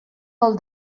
pel